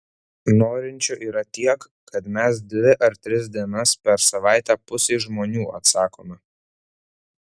norinčių yra tiek kad mes dvi ar tris dienas per savaitę pusei žmonių atsakome